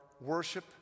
worship